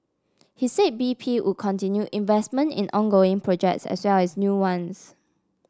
he said B P would continue investment in ongoing projects as well as new ones